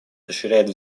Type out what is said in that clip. расширяет